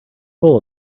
hole